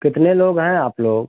कितने लोग हैं आप लोग